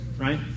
right